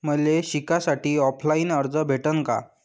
मले शिकासाठी ऑफलाईन कर्ज भेटन का?